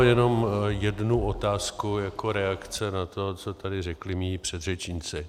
Jenom jednu otázku jako reakce na to, co tady řekli mí předřečníci.